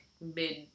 mid